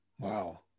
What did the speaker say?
Wow